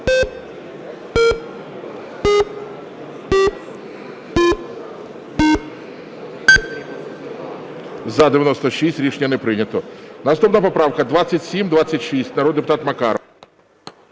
За-96 Рішення не прийнято. Наступна поправка 2726. Народний депутат Макаров.